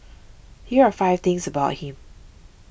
here are five things about him